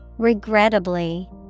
Regrettably